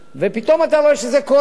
ופתאום אתה רואה שזה קורה,